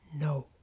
No